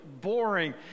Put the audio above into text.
boring